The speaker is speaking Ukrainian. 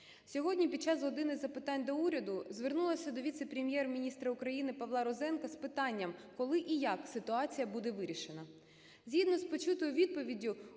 Сьогодні під час "години запитань до Уряду" звернулася до віце-прем’єр-міністра України Павла Розенка з питанням, коли і як ситуація буде вирішена. Згідно з почутою відповіддю,